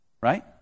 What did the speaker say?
Right